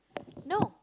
no